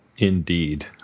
Indeed